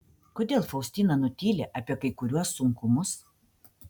kodėl faustina nutyli apie kai kuriuos sunkumus